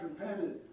repented